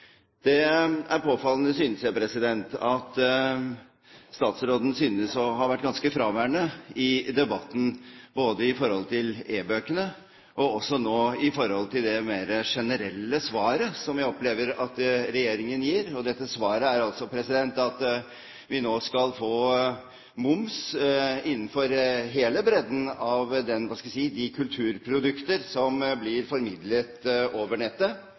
at statsråden synes å ha vært ganske fraværende i debatten både om e-bøkene og også nå i det mer generelle svaret som jeg opplever at regjeringen gir. Og dette svaret er altså at vi nå skal få moms innenfor hele bredden av – hva skal jeg si – de kulturprodukter som blir formidlet over nettet,